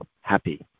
happy